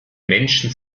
menschen